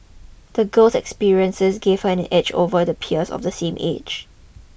the girl's experiences gave her an edge over the peers of the same age